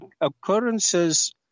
occurrences